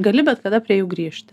gali bet kada prie jų grįžt